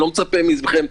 לא מצפה זאת מכם,